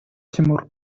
тимур